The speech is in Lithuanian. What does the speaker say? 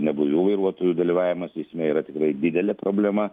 neblaivių vairuotojų dalyvavimas eisme yra tikrai didelė problema